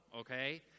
okay